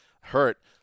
hurt